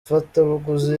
ifatabuguzi